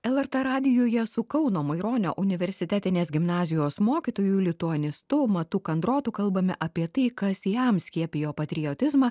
el er t radijuje su kauno maironio universitetinės gimnazijos mokytojų lituanistu matu kandrotu kalbame apie tai kas jam skiepijo patriotizmą